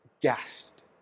gassed